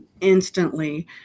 instantly